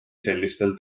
sellistel